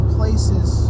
places